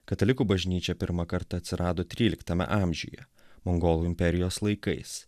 katalikų bažnyčia pirmą kartą atsirado tryliktame amžiuje mongolų imperijos laikais